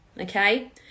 okay